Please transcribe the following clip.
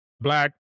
Black